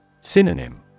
Synonym